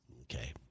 okay